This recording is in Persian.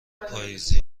پاییزی